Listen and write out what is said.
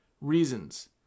reasons